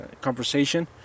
conversation